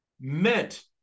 meant